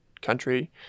country